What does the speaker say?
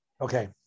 Okay